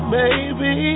baby